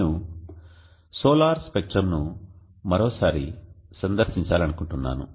నేను సోలార్ స్పెక్ట్రమ్ను మరోసారి సందర్శించాలనుకుంటున్నాను